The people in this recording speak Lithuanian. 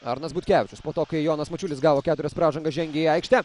arnas butkevičius po to kai jonas mačiulis gavo keturias pražangas žengia į aikštę